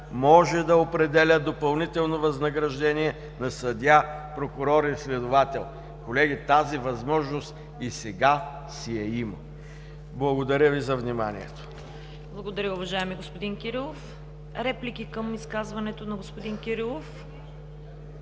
може да определя допълнително възнаграждение на съдия, прокурор и следовател“. Колеги, тази възможност и сега я има. Благодаря Ви за вниманието. ПРЕДСЕДАТЕЛ ЦВЕТА КАРАЯНЧЕВА: Благодаря Ви, уважаеми господин Кирилов. Реплики към изказването на господин Кирилов?